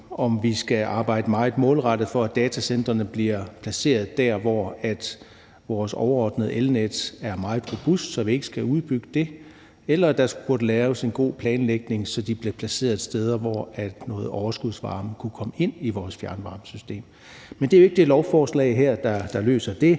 om vi skal arbejde meget målrettet for, at datacentrene bliver placeret der, hvor vores overordnede elnet er meget robust, så vi ikke skal udbygge det, eller at der burde laves en god planlægning, så de bliver placeret steder, hvor noget overskudsvarme kunne komme ind i vores fjernvarmesystem. Men det er jo ikke det lovforslag her, der løser det.